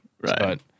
Right